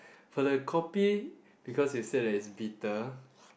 for the kopi because you said that is bitter